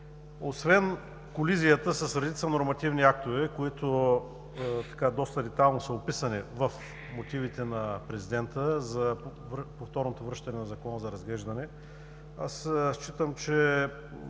Освен колизията с редица нормативни актове, които доста детайлно са описани в мотивите на президента за повторното връщане на Закона за разглеждане, считам, че